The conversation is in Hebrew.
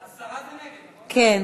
הסרה זה נגד, נכון?